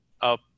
up